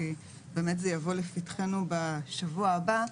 כי באמת זה יבוא לפתחינו בשבוע הבא.